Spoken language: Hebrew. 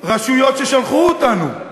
רשויות ששלחו אותנו,